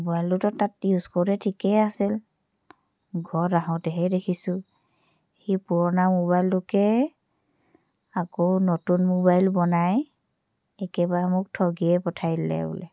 মোবাইলটোটো তাত ইউজ কৰোঁতে ঠিকে আছিল ঘৰত আহোঁতেহে দেখিছোঁ সি পুৰণা মোবাইলটোকে আকৌ নতুন মোবাইল বনাই একেবাৰে মোক ঠগিয়ে পঠাই দিলে বোলে